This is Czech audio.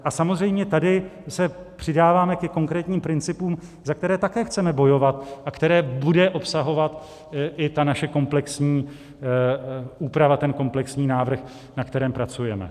A samozřejmě tady se přidáváme ke konkrétním principům, za které také chceme bojovat a které bude obsahovat i ta naše komplexní úprava, ten komplexní návrh, na kterém pracujeme.